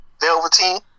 Velveteen